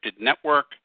network